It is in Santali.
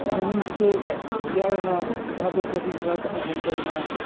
ᱢᱩᱦᱤᱢ ᱫᱤᱥᱟᱹ ᱛᱮᱭᱟᱨᱮᱱᱟ ᱡᱟᱦᱟᱸ ᱫᱚ ᱜᱟᱹᱰᱤ ᱜᱷᱚᱲᱟ ᱠᱚᱦᱚᱸ ᱵᱚᱱᱫᱚᱭᱱᱟ